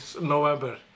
November